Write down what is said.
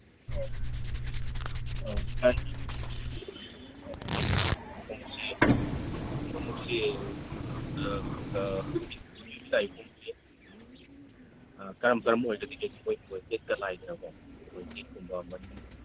ꯑꯣ ꯑꯧ ꯑꯧ ꯈꯣꯡꯎꯞꯁꯤ ꯍꯧꯖꯤꯛ ꯂꯥꯛꯏ ꯈꯣꯡꯎꯞꯁꯤ ꯀꯔꯝ ꯀꯔꯝ ꯑꯣꯏꯒꯗꯒꯦ